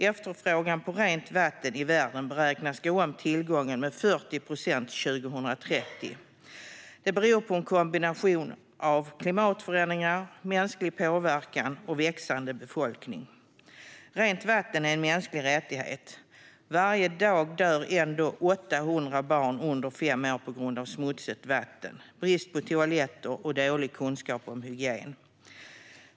Efterfrågan på rent vatten i världen beräknas gå om tillgången med 40 procent 2030. Det beror på en kombination av klimatförändringar, mänsklig påverkan och växande befolkning. Rent vatten är en mänsklig rättighet. Ändå dör 800 barn under fem år varje dag på grund av smutsigt vatten, brist på toaletter och dålig kunskap om hygien.